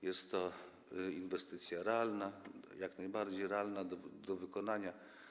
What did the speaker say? Jest to inwestycja realna, jak najbardziej realna do wykonania.